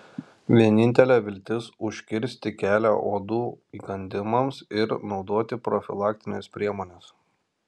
vienintelė viltis užkirsti kelią uodų įkandimams ir naudoti profilaktines priemones